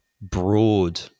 broad